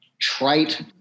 trite